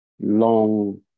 long